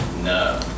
No